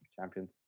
champions